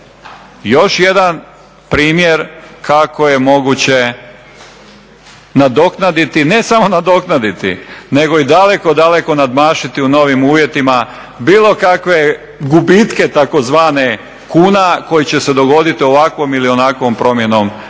Još jedan primjer kako je moguće nadoknaditi, ne samo nadoknaditi, nego i daleko, daleko nadmašiti u novim uvjetima bili kakve gubitke tzv. kuna koji će se dogoditi ovakvom ili onakvom promjenom u